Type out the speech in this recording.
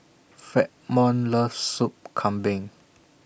Fremont loves Soup Kambing